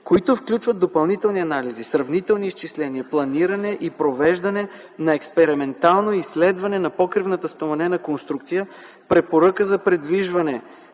които включват допълнителни анализи, сравнителни изчисления, планиране и провеждане на експериментално изследване на покривната стоманена конструкция, препоръка за придвижване